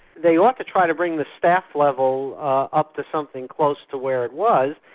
they ought to try to bring the staff level up to something close to where it was,